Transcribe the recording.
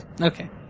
Okay